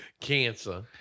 cancer